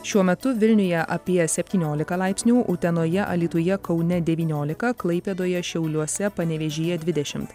šiuo metu vilniuje apie septyniolika laipsnių utenoje alytuje kaune devyniolika klaipėdoje šiauliuose panevėžyje dvidešimt